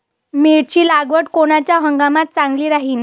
मिरची लागवड कोनच्या हंगामात चांगली राहीन?